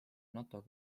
nato